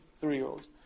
three-year-olds